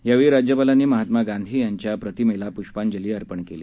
यावेळीराज्यपालांनीमहात्मागांधीयांच्याप्रतिमेलापूष्पांजलीअर्पणकेली